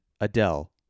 adele